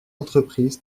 entreprise